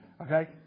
Okay